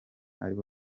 aribo